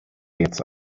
jetzt